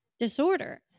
Disorder